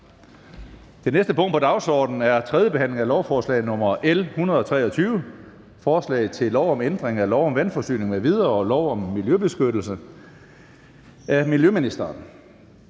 Det næste punkt på dagsordenen er: 2) 3. behandling af lovforslag nr. L 123: Forslag til lov om ændring af lov om vandforsyning m.v. og lov om miljøbeskyttelse. (Målrettet